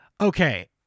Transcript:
Okay